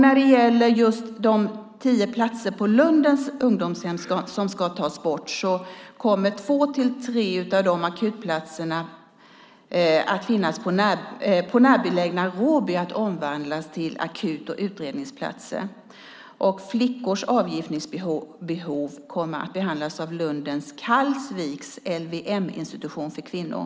När det gäller de tio platserna på Lundens ungdomshem som ska tas bort kommer två till tre av dem att omvandlas till akut och utredningsplatser på närbelägna Råby. Flickors avgiftningsbehov kommer att behandlas av Lunden/Karlsviks LVM-institution för kvinnor.